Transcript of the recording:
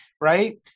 right